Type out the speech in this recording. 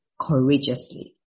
courageously